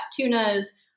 tunas